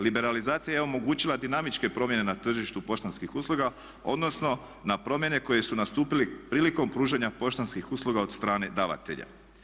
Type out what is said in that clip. Liberalizacija je omogućila dinamičke promjene na tržištu poštanskih usluga odnosno na promjene koje su nastupile prilikom pružanja poštanskih usluga od strane davatelja.